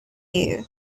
you